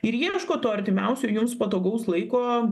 ir ieškot to artimiausio jums patogaus laiko